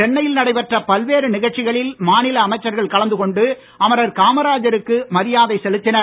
சென்னையில் நடைபெற்ற பல்வேறு நிகழ்ச்சிகளில் மாநில அமைச்சர்கள் கலந்து கொண்டு அமரர் காமராஜருக்கு மரியாதை செலுத்தினர்